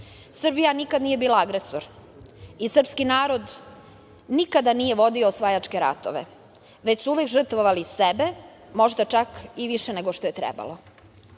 narod. Srbija nikada nije bila agresor i srpski narod nikada nije vodio osvajačke ratove, već su uvek žrtvovali sebe, možda čak i više nego što je trebalo.